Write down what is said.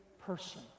person